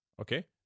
okay